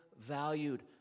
valued